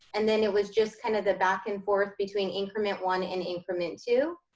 and then it was just kind of the back and forth between increment one and increment two.